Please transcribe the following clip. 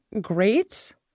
great